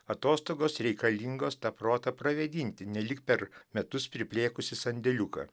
atostogos reikalingos tą protą pravėdinti nelyg per metus priplėkusį sandėliuką